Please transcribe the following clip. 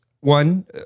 one